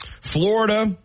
Florida